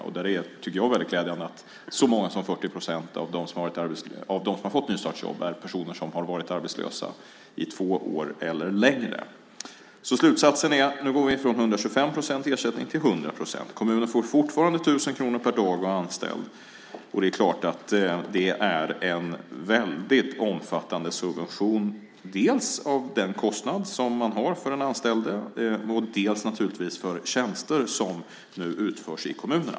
Jag tycker att det är väldigt glädjande att så många som 40 procent av dem som har fått nystartsjobb är personer som har varit arbetslösa i två år eller längre. Slutsatsen är att vi går från 125 procents ersättning till 100 procent. Kommunerna får fortfarande 1 000 kronor per dag och anställd. Det är klart att det är en väldigt omfattande subvention, dels av den kostnad man har för den anställde, dels för tjänster som nu utförs i kommunerna.